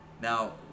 Now